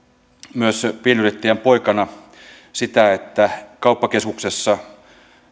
myös pienyrittäjän poikana sitä että kauppakeskuksessa